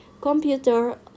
computer